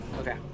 Okay